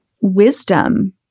wisdom